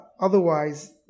otherwise